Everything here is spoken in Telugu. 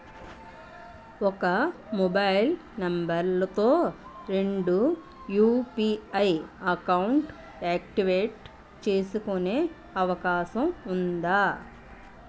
ఒక మొబైల్ నంబర్ తో రెండు యు.పి.ఐ అకౌంట్స్ యాక్టివేట్ చేసుకునే అవకాశం వుందా?